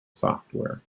software